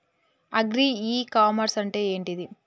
Agri e commerce అంటే ఏంటిది?